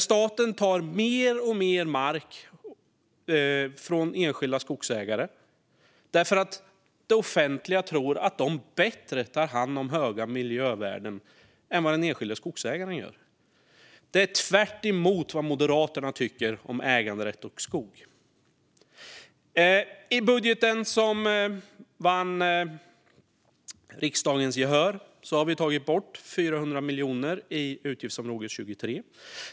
Staten tar mer och mer mark från enskilda skogsägare eftersom det offentliga tror att de tar hand om höga miljövärden bättre än vad den enskilde skogsägaren gör. Det är tvärtemot vad Moderaterna tycker om äganderätt och skog. I den budget som vann riksdagens gehör har vi tagit bort 400 miljoner i utgiftsområde 23.